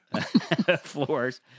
floors